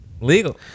legal